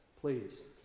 Please